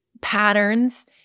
patterns